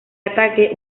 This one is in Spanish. ataque